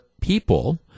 people